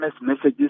messages